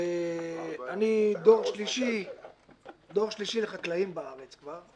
אני דור שלישי לחקלאים בארץ כבר.